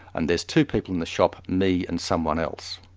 and there's two people in the shop, me and someone else.